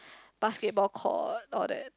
basketball court all that